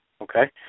Okay